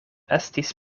estis